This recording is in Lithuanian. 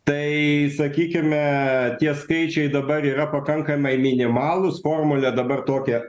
tai sakykime tie skaičiai dabar yra pakankamai minimalūs formulė dabar tokia